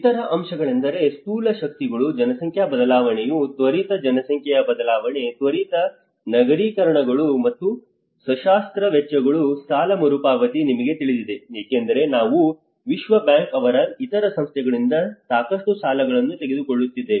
ಇತರ ಅಂಶಗಳೆಂದರೆ ಸ್ಥೂಲ ಶಕ್ತಿಗಳು ಜನಸಂಖ್ಯಾ ಬದಲಾವಣೆಯು ತ್ವರಿತ ಜನಸಂಖ್ಯೆಯ ಬದಲಾವಣೆ ತ್ವರಿತ ನಗರೀಕರಣಗಳು ಮತ್ತು ಶಸ್ತ್ರಾಸ್ತ್ರ ವೆಚ್ಚಗಳು ಸಾಲ ಮರುಪಾವತಿ ನಿಮಗೆ ತಿಳಿದಿದೆ ಏಕೆಂದರೆ ನಾವು ವಿಶ್ವ ಬ್ಯಾಂಕ್ ಮತ್ತು ಇತರ ಸಂಸ್ಥೆಗಳಿಂದ ಸಾಕಷ್ಟು ಸಾಲಗಳನ್ನು ತೆಗೆದುಕೊಳ್ಳುತ್ತಿದ್ದೇವೆ